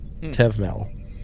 Tevmel